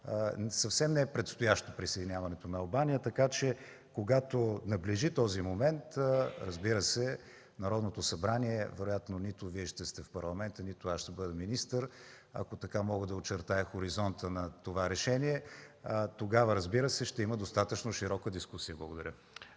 съвсем не е предстоящо присъединяването на Албания. Така че когато наближи този момент – разбира се вероятно нито Вие ще сте в Парламента, нито аз ще бъда министър, ако така мога да очертая хоризонта на това решение – тогава в Народното събрание ще има достатъчно широка дискусия. Благодаря.